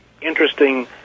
interesting